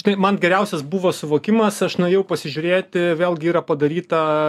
tai man geriausias buvo suvokimas aš nuėjau pasižiūrėti vėlgi yra padaryta